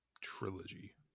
trilogy